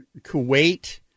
Kuwait